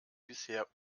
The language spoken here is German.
bisher